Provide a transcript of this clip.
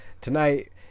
tonight